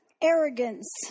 arrogance